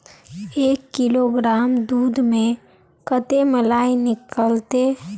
एक किलोग्राम दूध में कते मलाई निकलते?